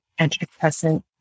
antidepressant